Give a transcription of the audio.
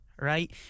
right